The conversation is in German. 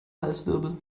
halswirbel